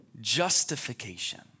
justification